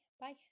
Bye